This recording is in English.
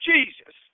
Jesus